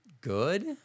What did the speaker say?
good